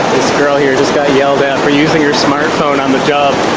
girl here just got yelled at for using her smartphone on the job